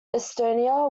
estonia